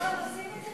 כל עוד עושים את זה,